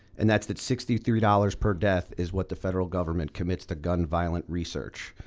and that's that sixty three dollars per death is what the federal government commits to gun violent research.